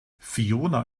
fiona